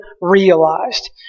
realized